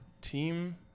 team